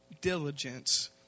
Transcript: diligence